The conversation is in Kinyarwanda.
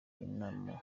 imana